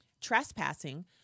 trespassing